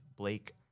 Blake